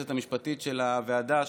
היועצת המשפטית של הוועדה,